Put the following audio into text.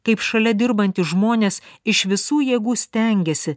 kaip šalia dirbantys žmonės iš visų jėgų stengiasi